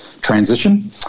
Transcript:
transition